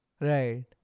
Right